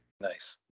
Nice